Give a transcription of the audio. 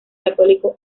católico